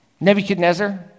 Nebuchadnezzar